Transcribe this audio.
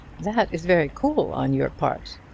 that is very cool on your part.